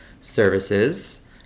services